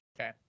Okay